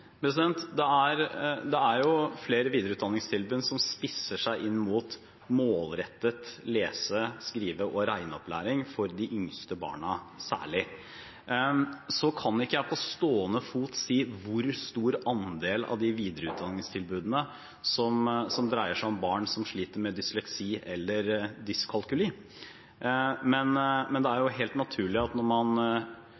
Det er flere videreutdanningstilbud som spisser seg inn mot målrettet lese-, skrive- og regneopplæring særlig for de yngste barna. Så kan jeg ikke på stående fot si hvor stor andel av de videreutdanningstilbudene som dreier seg om barn som sliter med dysleksi eller dyskalkuli. Men det er